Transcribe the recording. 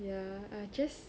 ya I just